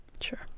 Sure